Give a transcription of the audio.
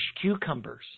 cucumbers